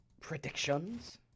predictions